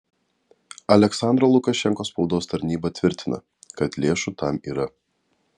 aliaksandro lukašenkos spaudos tarnyba tvirtina kad lėšų tam yra